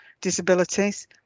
disabilities